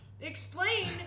explain